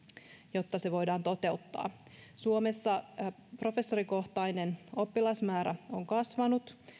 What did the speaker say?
jotta se voidaan toteuttaa suomessa professorikohtainen oppilasmäärä on kasvanut